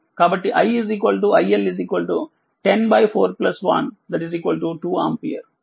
కాబట్టి i iL 1041 two ampere